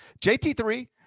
JT3